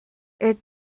est